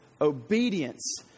obedience